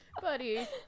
buddy